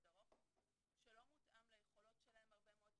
ארוך שלא מותאם ליכולות שלהם הרבה מאוד פעמים.